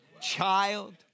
child